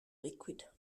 liquid